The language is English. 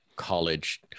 college